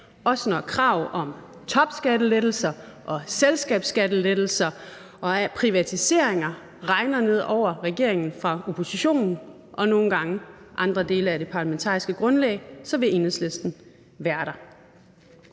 Også når krav om topskattelettelser, selskabsskattelettelser og privatiseringer regner ned over regeringen fra oppositionen og nogle gange andre dele af det parlamentariske grundlag, så vil Enhedslisten være der.